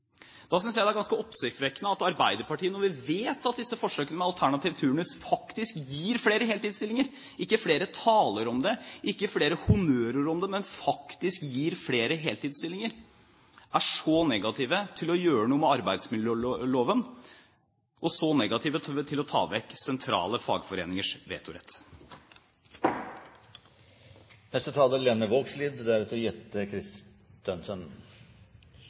Da synes jeg det er ganske oppsiktsvekkende at Arbeiderpartiet – når vi vet at disse forsøkene med alternativ turnus faktisk gir flere heltidsstillinger, ikke flere taler om det, ikke flere honnørord om det, men faktisk gir flere heltidsstillinger – er så negativ til å gjøre noe med arbeidsmiljøloven, og så negativ til å ta vekk sentrale fagforeningers vetorett.